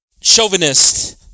chauvinist